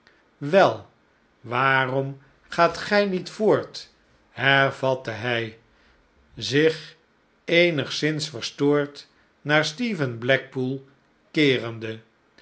wel waarom gaat gij niet voort hervatte hij zich eenigszins verstoord naar stephen blackpool keerende